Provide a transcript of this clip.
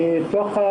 אני בקושי